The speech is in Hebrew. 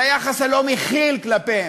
על היחס הלא-מכיל כלפיהם,